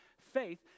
faith